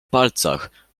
palcach